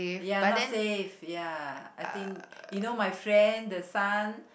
ya not safe ya I think you know my friend the son